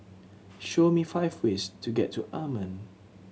show me five ways to get to Amman